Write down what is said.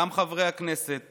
גם חברי הכנסת